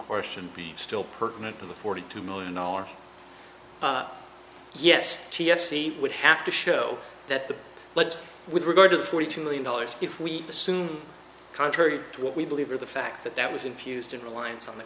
should be still pertinent to the forty two million dollars yes t f c would have to show that the but with regard to the forty two million dollars if we assume contrary to what we believe are the facts that that was infused in reliance on the